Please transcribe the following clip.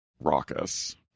raucous